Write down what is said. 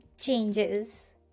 changes